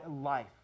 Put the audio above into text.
life